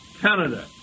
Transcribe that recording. Canada